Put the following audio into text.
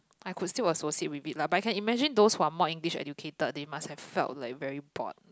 I could still associate with it lah but I can imagine those who are more English educated they must have felt like very bored